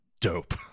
dope